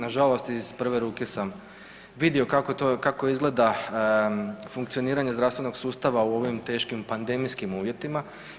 Na žalost iz prve ruke sam vidio kako izgleda funkcioniranje zdravstvenog sustava u ovim teškim pandemijskim uvjetima.